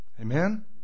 Amen